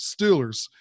Steelers